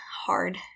hard